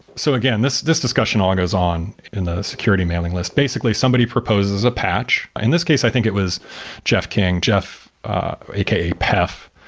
so again, this this discussion all goes on in the security mailing list. basically, somebody proposes a patch. in this case, i think it was jeff king, jeff aka peff.